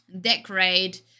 decorate